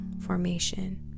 formation